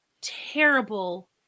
terrible